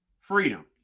freedom